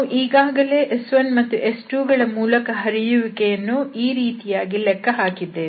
ನಾವು ಈಗಾಗಲೇ S1 ಮತ್ತು S2 ಗಳ ಮೂಲಕ ಹರಿಯುವಿಕೆ ಯನ್ನು ಈ ರೀತಿಯಾಗಿ ಲೆಕ್ಕ ಹಾಕಿದ್ದೇವೆ